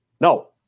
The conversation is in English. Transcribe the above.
No